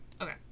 okay